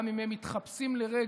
גם אם הם מתחפשים לרגע